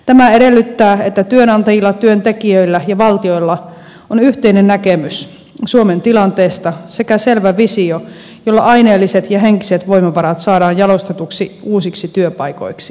tämä edellyttää että työnantajilla työntekijöillä ja valtiolla on yhteinen näkemys suomen tilanteesta sekä selvä visio jolla aineelliset ja henkiset voimavarat saadaan jalostetuksi uusiksi työpaikoiksi